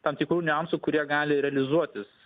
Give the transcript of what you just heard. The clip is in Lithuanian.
tam tikrų niuansų kurie gali realizuotis